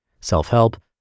self-help